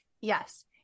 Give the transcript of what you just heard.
Yes